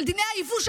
של דיני היבוא,